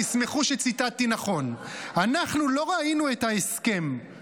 תסמכו שציטטתי נכון: אנחנו לא ראינו את ההסכם,